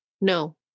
no